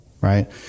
right